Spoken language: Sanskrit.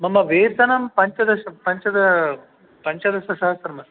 मम वेतनं पञ्चदश पञ्चदशसहस्रम् अस्ति